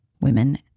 women